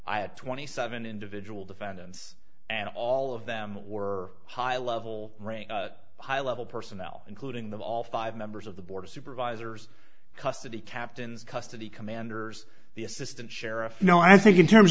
i had twenty seven individual defendants and all of them were high level rank high level personnel including the all five members of the board of supervisors custody captains custody commanders the assistant sheriff you know i think in terms